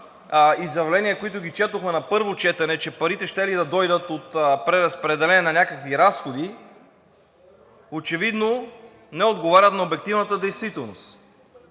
изявления, които четохме на първо четене, че парите щели да дойдат от преразпределение на някакви разходи, очевидно не отговарят на обективната действителност.